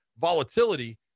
volatility